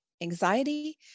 anxiety